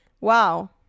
wow